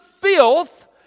filth